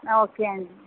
okay అండి